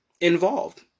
involved